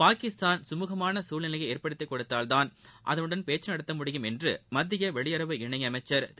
பாகிஸ்தான் சுமூகமான சூழ்நிலையை ஏற்படுத்திக் கொடுத்தால் தான் அதனுடன் பேச்சு நடத்த முடியும் என்று மத்திய வெளியுறவு இணையமைச்சா் திரு